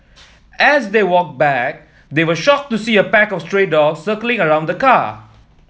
as they walked back they were shocked to see a pack of stray dogs circling around the car